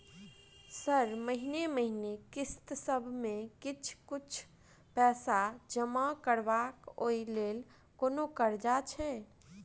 Sir महीने महीने किस्तसभ मे किछ कुछ पैसा जमा करब ओई लेल कोनो कर्जा छैय?